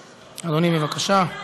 אדוני, בבקשה.